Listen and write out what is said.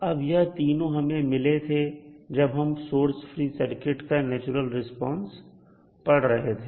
अब यह तीनों हमें मिले थे जब हम सोर्स फ्री सर्किट का नेचुरल रिस्पांस पढ़ रहे थे